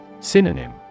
Synonym